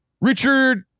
Richard